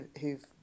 who've